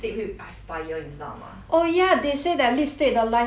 oh ya they say that lipstick the lifespan 只是 one year sia